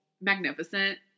magnificent